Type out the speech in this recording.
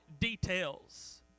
details